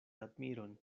admiron